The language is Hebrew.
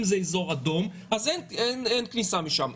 אם זה אזור אדום אז אין כניסה משם,